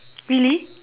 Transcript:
really